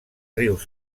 rius